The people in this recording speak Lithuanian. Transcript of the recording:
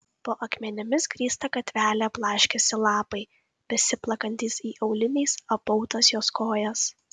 po akmenimis grįstą gatvelę blaškėsi lapai besiplakantys į auliniais apautas jos kojas